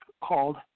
called